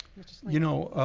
you know,